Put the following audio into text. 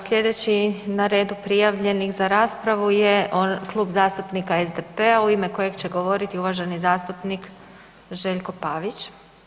Sljedeći na redu prijavljenih za raspravu je Klub zastupnika SDP-a, u ime kojeg će govoriti uvaženi zastupnik Željko Pavić.